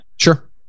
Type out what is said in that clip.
Sure